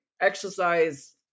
exercise